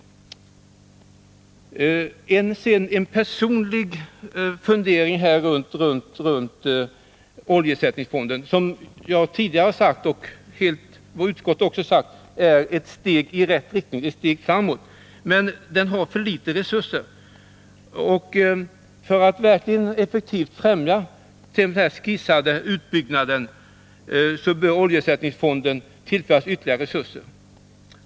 Jag vill sedan göra en personlig fundering i anslutning till oljeersättningsfonden. Jag har tidigare sagt — och det har även utskottet gjort — att detta är ett steg i rätt riktning, ett steg framåt. Men oljeersättningsfonden får för små resurser. För att effektivt kunna främja den här skisserade utbyggnaden bör oljeersättningsfonden tillföras ytterligare resurser.